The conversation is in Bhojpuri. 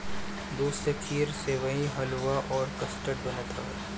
दूध से खीर, सेवई, हलुआ, कस्टर्ड बनत हवे